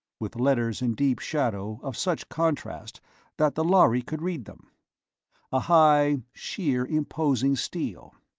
with letters in deep shadow of such contrast that the lhari could read them a high, sheer, imposing stele.